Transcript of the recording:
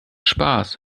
spaß